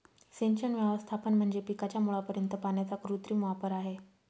सिंचन व्यवस्थापन म्हणजे पिकाच्या मुळापर्यंत पाण्याचा कृत्रिम वापर आहे